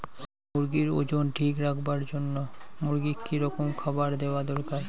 মুরগির ওজন ঠিক রাখবার জইন্যে মূর্গিক কি রকম খাবার দেওয়া দরকার?